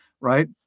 right